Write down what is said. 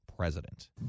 president